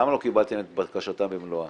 למה לא קיבלתם את בקשתם במלואה?